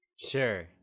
sure